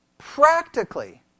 Practically